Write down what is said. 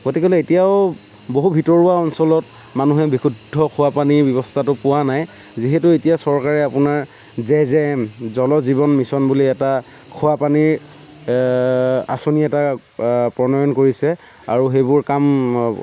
গতিকে লৈ এতিয়াও বহু ভিতৰুৱা অঞ্চলত মানুহে বিশুদ্ধ খোৱা পানীৰ ব্যৱস্থাটো পোৱা নাই যিহেতু এতিয়া চৰকাৰে আপোনাৰ J J M Jal Jeevan mission বুলি এটা খোৱা পানীৰ আঁচনি এটা প্ৰণয়ন কৰিছে আৰু সেইবোৰ কাম